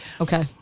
okay